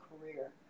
career